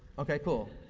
okay, cool,